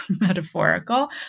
metaphorical